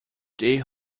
they